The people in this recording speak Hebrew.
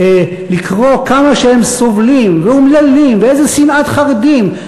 לקרוא כמה שהם סובלים ואומללים ואיזה שנאת חרדים.